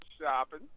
shopping